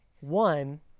One